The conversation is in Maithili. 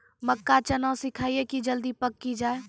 मक्का चना सिखाइए कि जल्दी पक की जय?